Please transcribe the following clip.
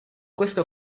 queste